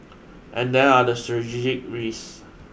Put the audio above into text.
and there are the strategic risks